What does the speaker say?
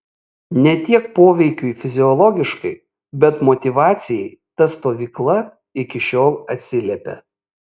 ne tiek poveikiui fiziologiškai bet motyvacijai ta stovykla iki šiol atsiliepia